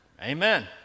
Amen